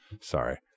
Sorry